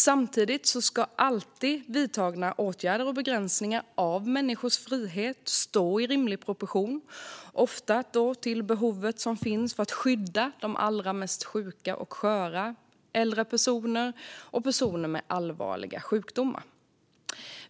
Samtidigt ska vidtagna åtgärder och begränsningar av människors frihet alltid stå i rimlig proportion till det behov som finns av att skydda de allra mest sjuka och sköra - äldre personer och personer med allvarliga sjukdomar.